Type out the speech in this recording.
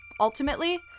ultimately